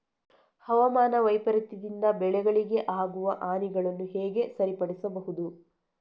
ಹವಾಮಾನ ವೈಪರೀತ್ಯದಿಂದ ಬೆಳೆಗಳಿಗೆ ಆಗುವ ಹಾನಿಗಳನ್ನು ಹೇಗೆ ಸರಿಪಡಿಸಬಹುದು?